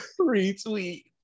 retweet